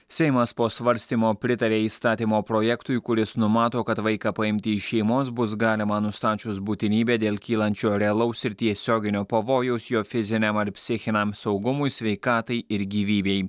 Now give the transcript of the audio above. seimas po svarstymo pritarė įstatymo projektui kuris numato kad vaiką paimti iš šeimos bus galima nustačius būtinybę dėl kylančio realaus ir tiesioginio pavojaus jo fiziniam ar psichiniam saugumui sveikatai ir gyvybei